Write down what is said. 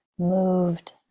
moved